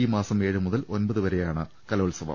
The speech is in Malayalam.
ഈ മാസം ഏഴ് മുതൽ ഒൻപത് വരെയാണ് കലോത്സവം